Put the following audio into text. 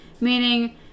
Meaning